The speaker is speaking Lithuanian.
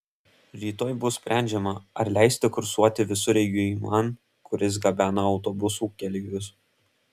rytoj bus sprendžiama ar leisti kursuoti visureigiui man kuris gabena autobusų keleivius